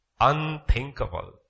unthinkable